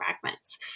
fragments